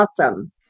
awesome